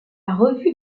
revue